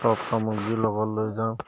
চব সামগ্ৰী লগত লৈ যাওঁ